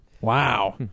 Wow